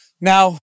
Now